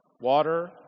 water